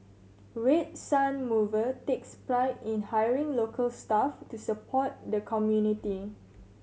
Red Sun Mover takes pride in hiring local staff to support the community